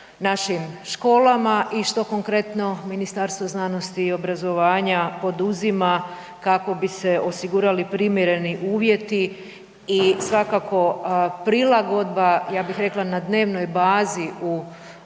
našim školama i što konkretno Ministarstvo znanosti i obrazovanja poduzima kako bi se osigurali primjereni uvjeti i svakako prilagodba, ja bih rekla na dnevnoj bazi u